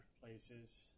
places